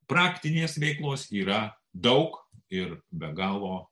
praktinės veiklos yra daug ir be galo